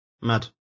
Mad